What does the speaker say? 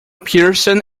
pearson